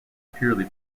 purely